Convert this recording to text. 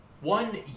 One